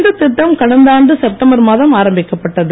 இந்த திட்டம் கடந்த ஆண்டு செப்டம்பர் மாதம் ஆரம்பிக்கப்பட்டது